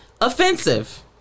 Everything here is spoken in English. offensive